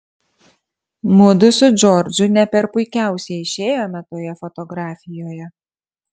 mudu su džordžu ne per puikiausiai išėjome toje fotografijoje